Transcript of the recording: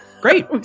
Great